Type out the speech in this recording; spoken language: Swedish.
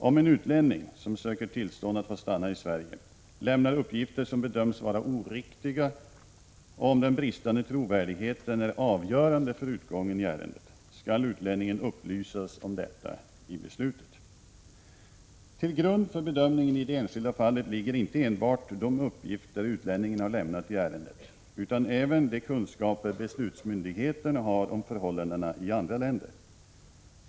Om en utlänning, som söker tillstånd att få stanna i Sverige, lämnar uppgifter som bedöms vara oriktiga och om den bristande trovärdigheten är avgörande för utgången i ärendet, skall utlänningen upplysas om detta i beslutet. Till grund för bedömningen i det enskilda fallet ligger inte enbart de uppgifter utlänningen har lämnat i ärendet utan även de kunskaper beslutsmyndigheterna har om förhållandena i andra länder.